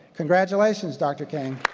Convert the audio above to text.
congratulations, dr. kang.